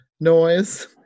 noise